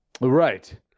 Right